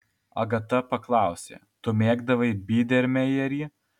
agata paklausė tu mėgdavai bydermejerį